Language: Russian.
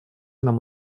нам